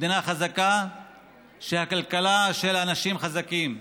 מדינה חזקה כשהכלכלה של אנשים חזקה,